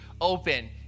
open